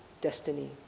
destiny